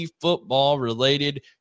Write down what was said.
football-related